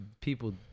people